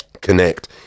connect